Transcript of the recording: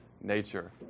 nature